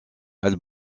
elle